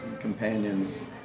companions